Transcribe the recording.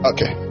Okay